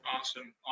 Awesome